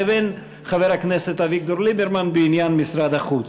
לבין חבר הכנסת אביגדור ליברמן בעניין משרד החוץ.